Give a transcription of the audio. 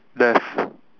left